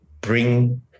bring